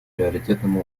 приоритетным